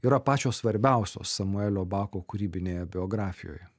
yra pačios svarbiausios samuelio bako kūrybinėje biografijoje